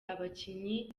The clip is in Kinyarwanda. abakinnyi